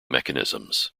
mechanisms